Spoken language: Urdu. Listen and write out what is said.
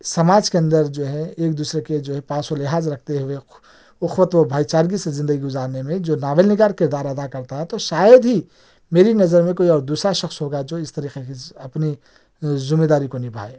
سماج کے اندر جو ہے ایک دوسرے کے جو ہے پاس و لحاظ رکھتے ہوئے اخت و بھائی چارگی سے زندگی گُزارنے میں جو ناول نگار کردار ادا کرتا ہے تو شاید ہی میری نظر میں کوئی اور دوسرا شخص ہوگا جو اِس طریقے کی اپنی ذمہ داری کو نبھائے